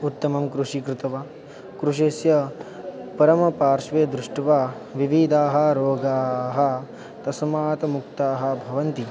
उत्तमं कृषि कृत्वा कृषिस्य परमपार्श्वे दृष्ट्वा विविदाः रोगाः तस्मात् मुक्ताः भवन्ति